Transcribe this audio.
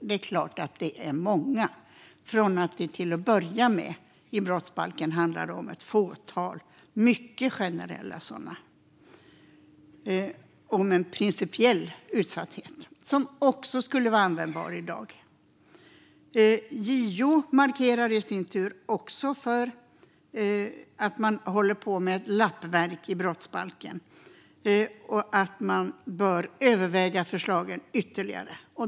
Det är klart att det är många mot bakgrund av att det i brottsbalken handlade om ett fåtal mycket generella sådana om en principiell utsatthet, något som också skulle vara användbart i dag. JO markerar i sin tur också för att man håller på med ett lappverk i brottsbalken och att man bör överväga förslagen ytterligare.